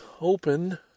open